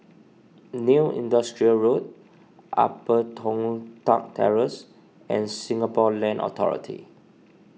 New Industrial Road Upper Toh Tuck Terrace and Singapore Land Authority